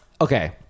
okay